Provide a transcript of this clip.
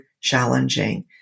challenging